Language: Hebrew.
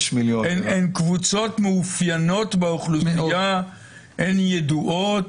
שמאופיינות באוכלוסייה והן ידועות,